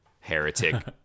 heretic